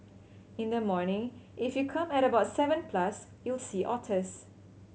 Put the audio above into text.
in the morning if you come at about seven plus you'll see otters